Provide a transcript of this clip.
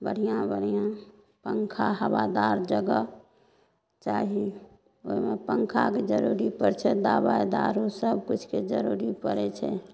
बढ़िआँ बढ़िआँ पङ्खा हबादार जगह चाही ओहिमे के पङ्खा जरूरी पड़ैत छै दबाइ दारू सब किछुके जरूरी पड़ैत छै